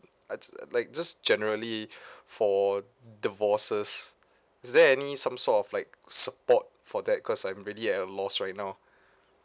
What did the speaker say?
I'd uh like just generally for divorces is there any some sort of like support for that cause I'm really at a lost right now